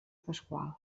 pasqual